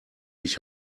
ich